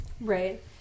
right